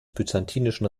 byzantinischen